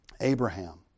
Abraham